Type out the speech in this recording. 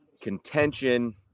contention